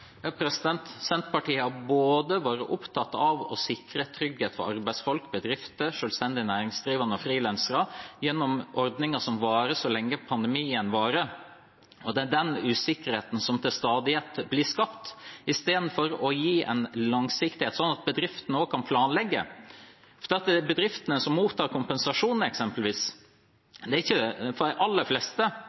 Senterpartiet har vært opptatt av å sikre trygghet for arbeidsfolk, bedrifter, selvstendig næringsdrivende og frilansere gjennom ordninger som varer så lenge pandemien varer. Det er den usikkerheten som til stadighet blir skapt, istedenfor å gi en langsiktighet, sånn at bedriftene også kan planlegge. Når det f.eks. gjelder bedriftene som mottar kompensasjon, er det jo for de aller fleste